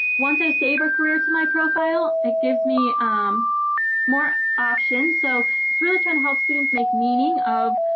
once i save a career to my profile, it gives me more options. so it's really trying to help students make meaning of